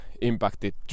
impacted